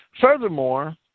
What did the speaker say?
Furthermore